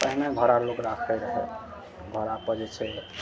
पहिने घोड़ा लोग राखै रहय घोड़ा पर जे छै